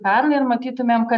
pernai ir matytumėm kad